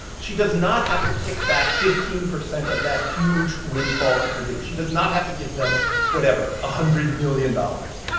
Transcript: she does not have to kick back fifteen percent of that huge windfall to purdue. she does not have to give them whatever one ah hundred million dollars.